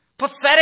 pathetic